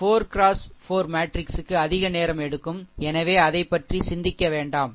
4 x 4 மேட்ரிக்ஸுக்கு அதிக நேரம் எடுக்கும் எனவே அதைபற்றி சிந்திக்க வேண்டாம்